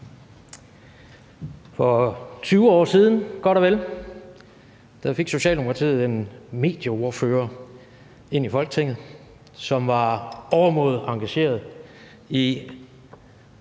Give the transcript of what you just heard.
vel 20 år siden fik Socialdemokratiet en medieordfører ind i Folketinget, som både var overmåde engageret i